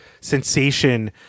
sensation